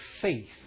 faith